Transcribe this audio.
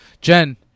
Jen